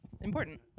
important